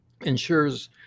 ensures